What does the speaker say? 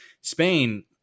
Spain